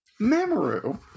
Mamoru